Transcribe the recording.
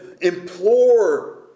implore